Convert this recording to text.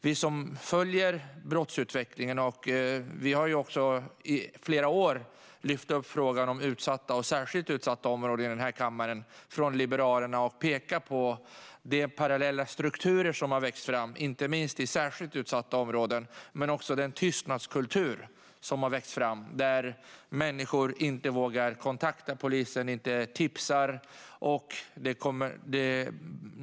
Vi har från Liberalernas sida i denna kammare under flera års tid lyft upp frågan om utsatta och särskilt utsatta områden och pekat på de parallella strukturer som har växt fram, inte minst i särskilt utsatta områden. Vi har också pekat på den tystnadskultur som har växt fram, där människor inte vågar kontakta polisen och inte vågar tipsa.